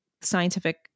scientific